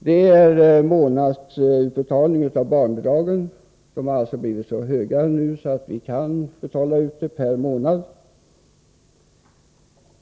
Det gäller månadsutbetalning av barnbidragen — dessa har nu blivit så höga att vi kan betala ut dem per månad.